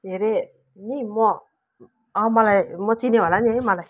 के अरे नि म अँ मलाई म चिन्यौ होला नि है मलाई